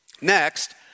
next